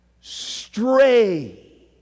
stray